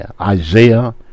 Isaiah